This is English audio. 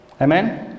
Amen